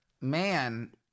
man